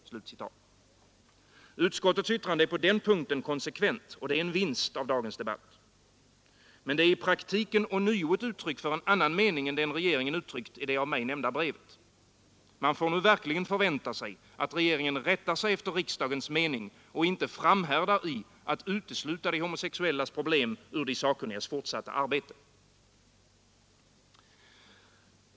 Utskottets yttrande är på den punkten konsekvent, och det är en vinst av dagens debatt. Men det är i praktiken ånyo ett uttryck för en annan mening än den regeringen uttryckt i det nämnda brevet. Man får nu verkligen förvänta sig att regeringen rättar sig efter riksdagens mening och inte framhärdar i att utesluta de homosexuellas problem ur de sakkunnigas fortsatta arbete.